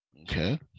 Okay